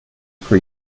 for